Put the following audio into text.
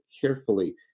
carefully